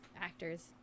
actors